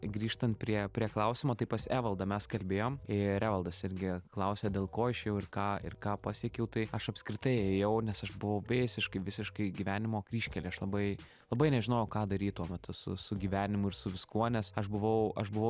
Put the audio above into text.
grįžtant prie prie klausimo tai pas evaldą mes kalbėjom ir evaldas irgi klausė dėl ko aš ėjau ir ką ir ką pasiekiau tai aš apskritai ėjau nes aš buvau visiškai visiškai gyvenimo kryžkelėj aš labai labai nežinojau ką daryt tuo metu su su gyvenimu ir su viskuo nes aš buvau aš buvau